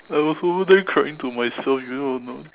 I was over there crying to myself you know or not